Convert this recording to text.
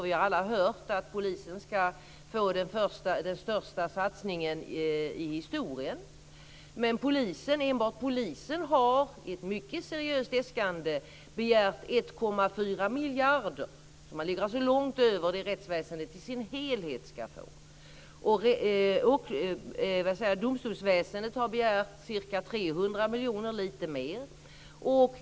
Vi har alla hört att polisen ska få den största satsningen i historien. Men enbart polisen har i ett mycket seriöst äskande begärt 1,4 miljarder. Man ligger alltså långt över det rättsväsendet i dess helhet ska få. Domstolsväsendet har begärt ca 300 miljoner kronor.